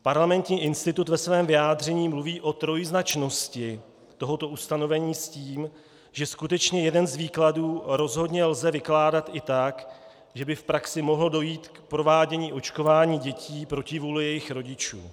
Parlamentní institut ve svém vyjádření mluví o trojznačnosti tohoto ustanovení s tím, že skutečně jeden z výkladů rozhodně lze vykládat i tak, že by v praxi mohlo dojít k provádění očkování dětí proti vůli jejich rodičů.